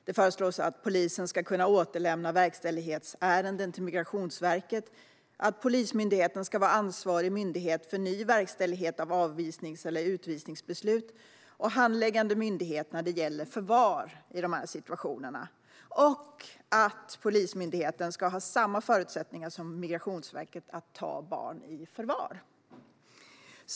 Det föreslås att polisen ska kunna återlämna verkställighetsärenden till Migrationsverket, att Polismyndigheten ska vara ansvarig myndighet för ny verkställighet av avvisnings eller utvisningsbeslut och handläggande myndighet när det gäller förvar i dessa situationer samt att Polismyndigheten ska ha samma förutsättningar som Migrationsverket att ta barn i förvar.